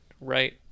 right